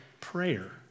prayer